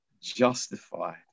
justified